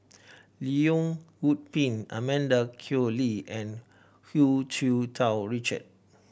Leong Yoon Pin Amanda Koe Lee and Hu Tsu Tau Richard